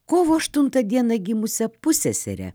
kovo aštuntą dieną gimusią pusseserę